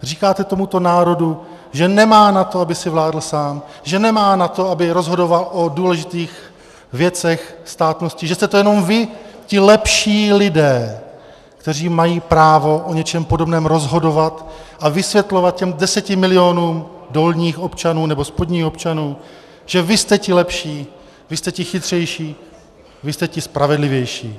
Říkáte tomuto národu, že nemá na to, aby si vládl sám, že nemá na to, aby rozhodoval o důležitých věcech státnosti, že jste to jenom vy, ti lepší lidé, kteří mají právo o něčem podobném rozhodovat a vysvětlovat těm deseti milionům dolních občanů, nebo spodních občanů, že vy jste ti lepší, vy jste ti chytřejší, vy jste ti spravedlivější.